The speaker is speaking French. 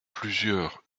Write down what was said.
plusieurs